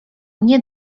mnie